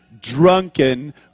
drunken